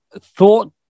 thought